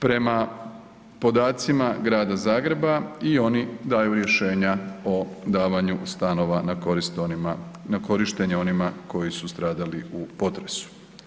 Prema podacima Grada Zagreba i oni daju rješenja o davanju stanova na korištenje onima koji su stradali u potresu.